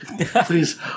Please